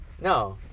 No